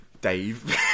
Dave